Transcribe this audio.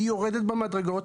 היא יורדת במדרגות,